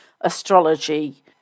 astrology